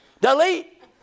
Delete